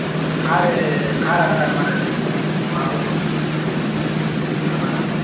ஒரு உங்களுக்கு car car அலங்காரம் மாதிரி வேணுமா சார் மா மாப்பிள பொண்ண கூட்டிகிட்டு வர்றக்கு அந்த மாதிரினா கூட